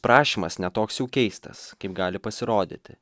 prašymas ne toks jau keistas kaip gali pasirodyti